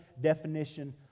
definition